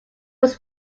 was